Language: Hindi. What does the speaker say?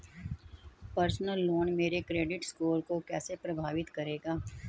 पर्सनल लोन मेरे क्रेडिट स्कोर को कैसे प्रभावित करेगा?